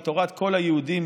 היא תורת כל היהודים,